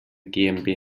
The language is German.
gmbh